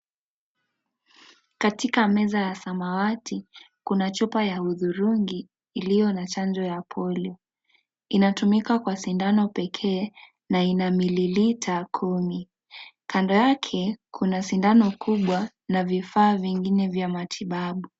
Katika meza ya samawati kuna chupa ya hudhurungi ilio na chanjo ya polio inatumika kwa sindano pekee na ina mililiter kumi. Kando yake kuna sindano kubwa na vifa vingine nya matibabu.